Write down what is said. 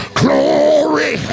glory